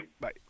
Bye